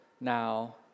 now